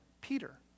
Peter